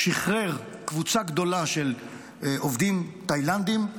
שחרר קבוצה גדולה של עובדים תאילנדים,